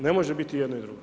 Ne može biti jedno i drugo.